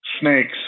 snakes